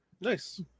Nice